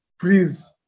please